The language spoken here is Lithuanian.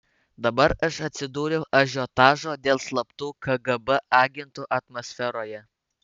dabar aš atsidūriau ažiotažo dėl slaptų kgb agentų atmosferoje